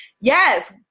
Yes